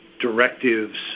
directives